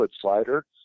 slider